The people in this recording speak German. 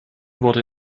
wurde